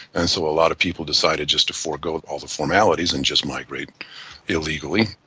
and so a lot of people decided just to forego all the formalities and just migrate illegally.